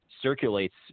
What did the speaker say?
circulates